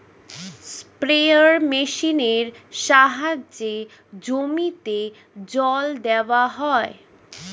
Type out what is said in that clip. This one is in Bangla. স্প্রেয়ার মেশিনের সাহায্যে জমিতে জল দেওয়া হয়